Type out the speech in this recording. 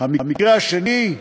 המקרה השני,